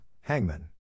Hangman